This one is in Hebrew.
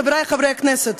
חברי חברי הכנסת,